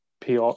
pr